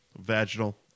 vaginal